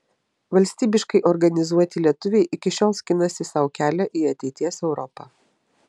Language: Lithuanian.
valstybiškai organizuoti lietuviai iki šiol skinasi sau kelią į ateities europą